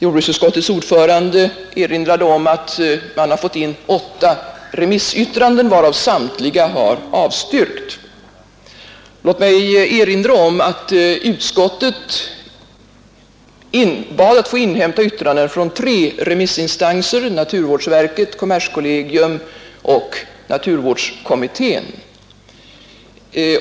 Jordbruksutskottets ordförande erinrade om att man har fått in åtta remissyttranden och att samtliga har avstyrkt. Låt mig erinra om att utskottet bad att få inhämta yttranden från tre remissinstanser, nämligen naturvårdsverket, kommerskollegium och naturvårdskommittén.